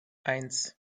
eins